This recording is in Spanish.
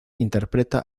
interpreta